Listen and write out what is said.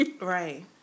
Right